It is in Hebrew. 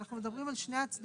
אנחנו מדברים על שני הצדדים.